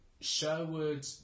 Sherwood